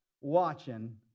watching